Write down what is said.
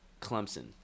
Clemson